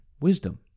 wisdom